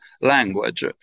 language